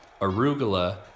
arugula